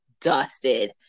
dusted